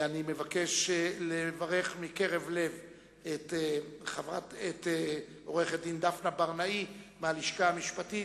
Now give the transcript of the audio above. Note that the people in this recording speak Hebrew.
אני מבקש לברך מקרב לב את עורכת-דין דפנה ברנאי מהלשכה המשפטית,